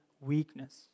weakness